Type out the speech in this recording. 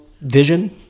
vision